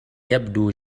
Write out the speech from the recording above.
يبدو